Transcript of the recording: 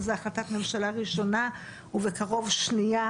זה החלטת ממשלה ראשונה ובקרוב שנייה